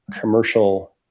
commercial